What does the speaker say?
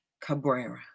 Cabrera